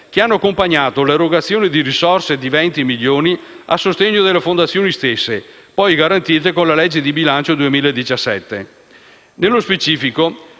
che hanno accompagnato l'erogazione di risorse aggiuntive milioni a sostegno delle fondazioni stesse, poi garantite dalla legge di bilancio 2017. Nello specifico,